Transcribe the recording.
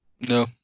No